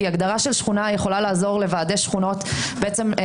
כי הגדרה של שכונה יכולה לעזור לוועדי שכונות לייצר